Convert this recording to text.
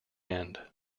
end